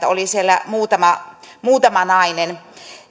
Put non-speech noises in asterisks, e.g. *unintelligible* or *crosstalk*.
*unintelligible* oli siellä muutama muutama nainen